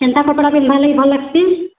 କେନ୍ତା କପ୍ଡ଼ା ପିନ୍ଧ୍ବାର୍ ଲାଗି ଭଲ୍ ଲାଗ୍ସି